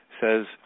says